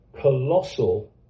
colossal